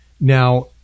Now